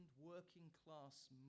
working-class